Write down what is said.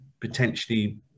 potentially